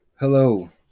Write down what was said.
Hello